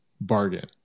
bargain